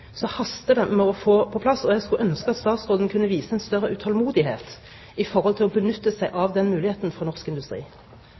så haster det med å få det på plass. Jeg skulle ønske at statsråden viste større utålmodighet når det gjelder å benytte seg